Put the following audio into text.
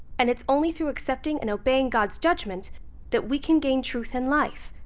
and it's only through accepting and obeying god's judgment that we can gain truth and life,